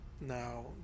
now